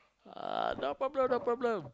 ah no problem no problem